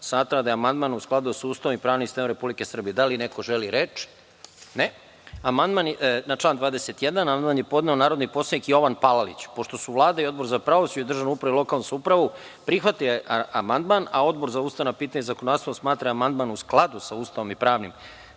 smatra da je amandman u skladu sa Ustavom i pravnim sistemom Republike Srbije. Da li neko želi reč? (Ne.)Na član 21. amandman je podneo narodni poslanik Jovan Palalić. Pošto su Vlada i Odbor za pravosuđe, državnu upravu i lokalnu samoupravu prihvatili amandman, a Odbor za ustavna pitanja i zakonodavstvo smatra da je amandman u skladu sa Ustavom i pravnim